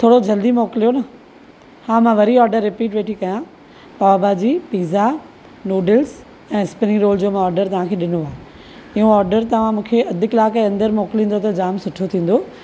थोरो जल्दी मोकिलियो न हा मां वरी ऑर्डर रीपीट वेठी कयां पाव भाजी पिज़ा नूड्ल्स ऐं स्प्रिंग रोल जो मां ऑर्डर तव्हांखे डि॒नो आहे इहो ऑर्डर तव्हां मूंखे अधि कलाकु जे अंदरि मोकिलींदव त जाम सुठो थींदो